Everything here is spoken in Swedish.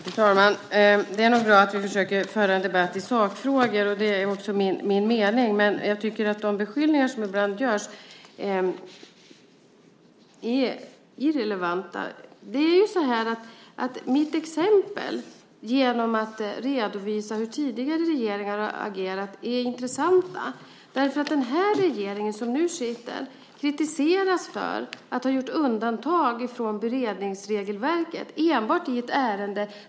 Fru talman! Det är bra att vi försöker föra en debatt i sakfrågor, och det är också min mening. Jag tycker att de beskyllningar som ibland görs är irrelevanta. De exempel jag gav genom att redovisa hur tidigare regeringar agerat är intressanta. Den regering som nu sitter kritiseras för att ha gjort undantag från beredningsregelverket enbart i ett ärende.